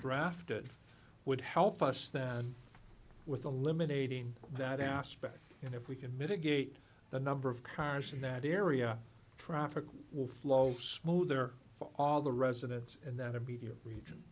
drafted would help us then with the limiting that aspect and if we can mitigate the number of cars in that area traffic will flow smoother all the residents in that immediate region